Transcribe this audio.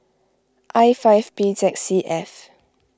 I five B Z C F